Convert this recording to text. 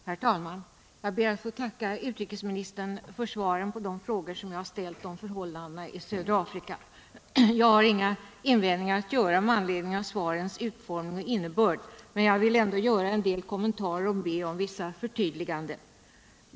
Herr talman! Jag ber att få tacka utrikesministern för svaret på de frågor som jag ställt om förhållandena i södra Afrika. Jag har inga invändningar att göra med anledning av svarens utformning och innebörd, men jag vill ändå göra en del kommentarer och be om vissa förtydliganden.